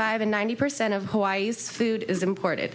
and ninety percent of hawaii's food is imported